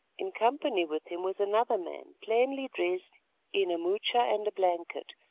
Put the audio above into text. in company with him was another man plainly dressed in a moocha and a blanket,